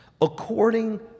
according